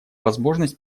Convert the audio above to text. возможность